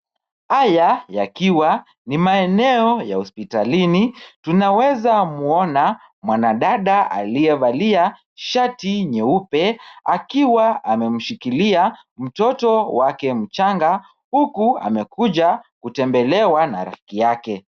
Haya yakiwa ni maeneo ya hospitalini, tunaweza muona mwanadada aliyevalia shati nyeupe akiwa amemsikilia mtoto wake mchanga, huku amekuja kutembelewa na rafiki yake.